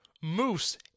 Moose